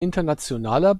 internationaler